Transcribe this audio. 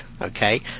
okay